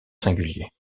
singulier